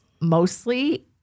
mostly